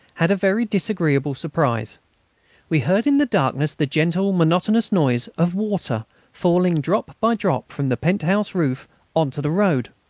had a very disagreeable surprise we heard in the darkness the gentle, monotonous noise of water falling drop by drop from the pent-house roof on to the road.